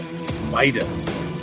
spiders